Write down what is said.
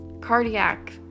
Cardiac